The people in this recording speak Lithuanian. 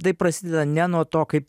tai prasideda ne nuo to kaip